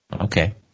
Okay